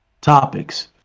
topics